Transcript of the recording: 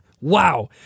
Wow